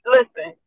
Listen